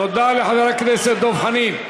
תודה לחבר הכנסת דב חנין.